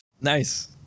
nice